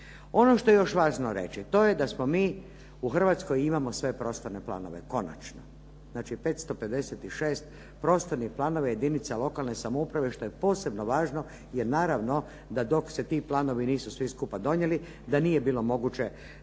Ono što je još važno reći to je da smo mi, u Hrvatskoj imamo sve prostorne planove konačno, znači 556 prostornih planova jedinica lokalne samouprave što je posebno važno jer naravno da dok se ti planovi nisu svi skupa donijeli da nije bilo moguće